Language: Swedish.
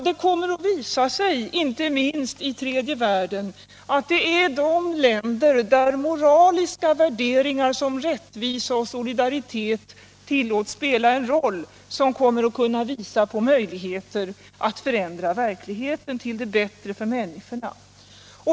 Det kommer att visa sig, inte minst i tredje världen, att det är de länder där moraliska värderingar om rättvisa och solidaritet tillåts spela en roll som kommer att kunna visa på möjligheter att förändra verkligheten till det' bättre för människorna.